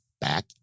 back